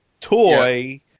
Toy